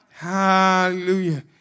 Hallelujah